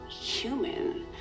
human